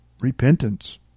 repentance